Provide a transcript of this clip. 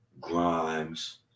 Grimes